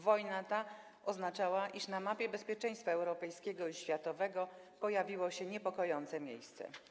Wojna ta oznaczała, iż na mapie bezpieczeństwa europejskiego i światowego pojawiło się niepokojące miejsce.